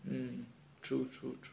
mm true true true